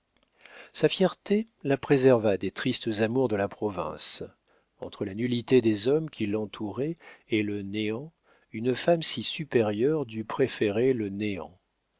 sa fierté la préserva des tristes amours de la province entre la nullité des hommes qui l'entouraient et le néant une femme si supérieure dut préférer le néant